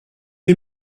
est